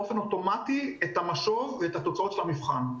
המשוב באופן אוטומטי ואת התוצאות של המבחן.